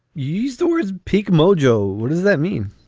you used the words peak mojo. what does that mean?